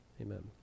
amen